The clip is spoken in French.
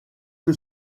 que